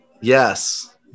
Yes